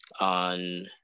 on